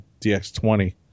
DX20